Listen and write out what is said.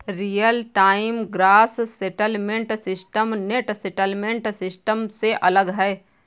real time gross settlement system net settlement system से अलग है